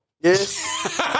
Yes